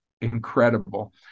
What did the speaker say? incredible